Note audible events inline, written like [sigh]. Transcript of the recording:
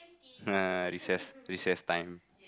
[laughs] recess recess time